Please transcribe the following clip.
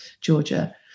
Georgia